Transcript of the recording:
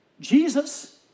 Jesus